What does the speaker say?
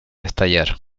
estallar